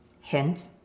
hint